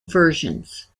versions